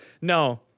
No